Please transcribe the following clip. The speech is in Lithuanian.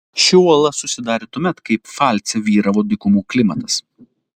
ši uola susidarė tuomet kai pfalce vyravo dykumų klimatas